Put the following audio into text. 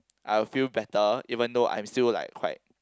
I'll feel better even though I'm still like quite